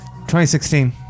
2016